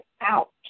out